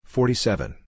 Forty-seven